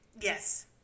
Yes